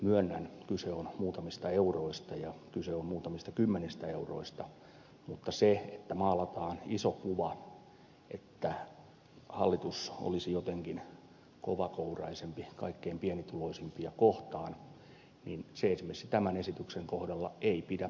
myönnän että kyse on muutamista euroista ja kyse on muutamista kymmenistä euroista mutta se että maalataan iso kuva että hallitus olisi jotenkin kovakouraisempi kaikkein pienituloisimpia kohtaan ei esimerkiksi tämän esityksen kohdalla pidä paikkaansa